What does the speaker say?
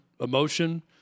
emotion